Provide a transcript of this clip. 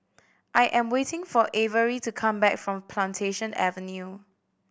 I am waiting for Avery to come back from Plantation Avenue